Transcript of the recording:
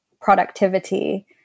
productivity